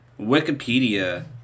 Wikipedia